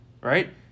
Right